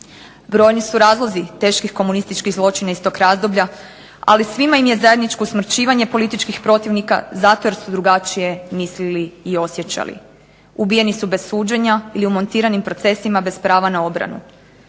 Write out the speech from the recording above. Brojni su razlozi teških komunističkih zločina iz tog razdoblja, ali svima im je zajedničko usmrćivanje političkih protivnika zato jer su drugačije mislili i osjećali. Ubijeni su bez suđenja ili u montiranim procesima bez prava na obranu.